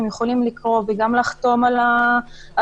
הם יכולים לקרוא וגם לחתום על ההצהרה,